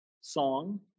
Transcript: song